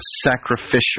sacrificial